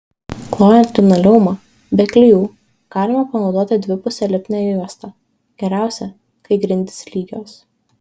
klojant linoleumą be klijų galima panaudoti dvipusę lipnią juostą geriausia kai grindys lygios